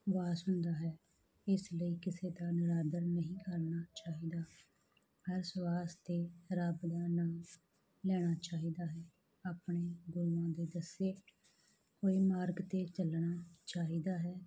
ਵਾਸ ਹੁੰਦਾ ਹੈ ਇਸ ਲਈ ਕਿਸੇ ਦਾ ਨਿਰਾਦਰ ਨਹੀਂ ਕਰਨਾ ਚਾਹੀਦਾ ਹਰ ਸਵਾਸ 'ਤੇ ਰੱਬ ਦਾ ਨਾਮ ਲੈਣਾ ਚਾਹੀਦਾ ਹੈ ਆਪਣੇ ਗੁਰੂਆਂ ਦੇ ਦੱਸੇ ਹੋਏ ਮਾਰਗ 'ਤੇ ਚੱਲਣਾ ਚਾਹੀਦਾ ਹੈ